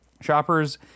Shoppers